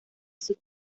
sus